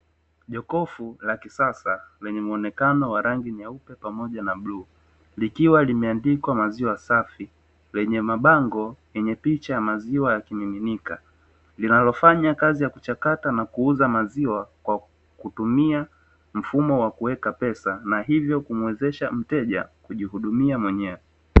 Jokofu la kisasa lenye muonekano wa rangi ya nyeupe pamoja na bluu likiwa limeandikwa maziwa safi, lenye mabango yenye picha ya maziwa ya kimiminika, linalofanyakazi ya kuchakata na kuuza maziwa kwa kutumia mfumo wa kuweka pesa na hivyo kumuwezesha mteja kujihudumia mwenyewe.